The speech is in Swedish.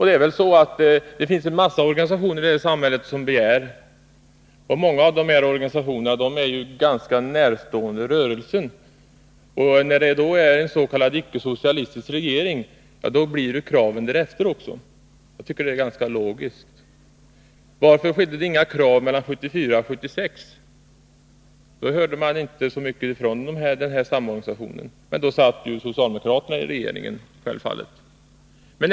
Det finns en massa organisationer här i samhället som begär mera. Många av dessa organisationer är ganska närstående Rörelsen. När det då är en s.k. icke-socialistisk regering, blir ju kraven därefter. Jag tycker det är ganska logiskt. Varför kom det inga krav mellan 1974 och 1976? Då hörde man inte så mycket ifrån denna samorganisation, men då satt ju socialdemokraterna i regeringen.